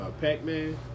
Pac-Man